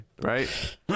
right